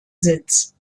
sitz